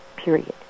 period